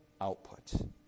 output